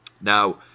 Now